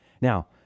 Now